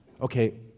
Okay